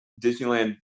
Disneyland